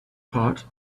part